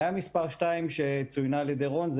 בעיה מספר שתיים שצוינה על ידי רון זאת